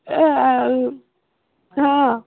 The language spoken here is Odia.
ହଉ ହଁ